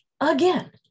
again